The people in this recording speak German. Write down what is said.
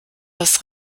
das